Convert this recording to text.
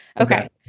okay